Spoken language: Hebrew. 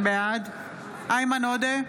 בעד איימן עודה,